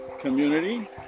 community